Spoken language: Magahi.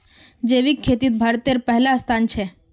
जैविक खेतित भारतेर पहला स्थान छे